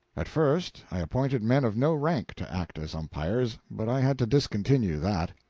at first i appointed men of no rank to act as umpires, but i had to discontinue that.